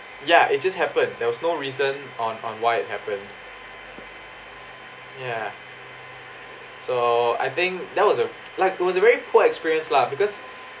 ya it just happened there was no reason on on why it happened ya so I think that was a like it was a very poor experience lah because